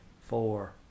four